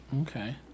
Okay